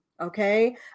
Okay